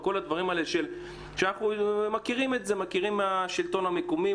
וכל הדברים האלה שאנחנו מכירים מהשלטון המקומי,